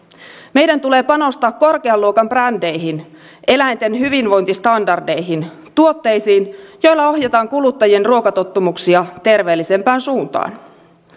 meidän tulee panostaa korkean luokan brändeihin eläinten hyvinvointistandardeihin ja tuotteisiin joilla ohjataan kuluttajien ruokatottumuksia terveellisempään suuntaan